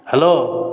hello